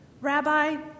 Rabbi